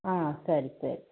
ಹಾಂ ಸರಿ ಸರಿ